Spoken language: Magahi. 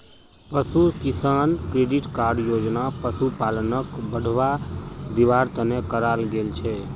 पशु किसान क्रेडिट कार्ड योजना पशुपालनक बढ़ावा दिवार तने कराल गेल छे